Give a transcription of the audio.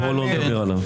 בואו לא נדבר עליו.